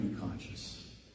conscious